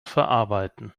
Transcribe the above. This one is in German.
verarbeiten